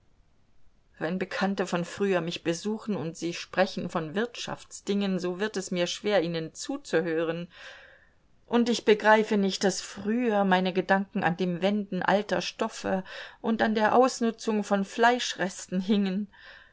wenn bekannte von früher mich besuchen und sie sprechen von wirtschaftsdingen so wird es mir schwer ihnen zuzuhören und ich begreife nicht daß früher meine gedanken an dem wenden alter stoffe und an der ausnutzung von fleischresten hingen